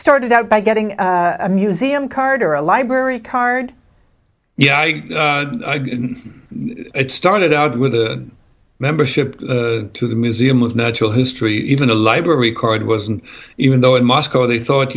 started out by getting a museum card or a library card yeah i started out with a membership to the museum of natural history even a library card wasn't even though in moscow they thought